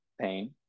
pain